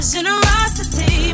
Generosity